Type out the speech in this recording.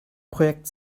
projekt